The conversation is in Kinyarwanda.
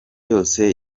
yose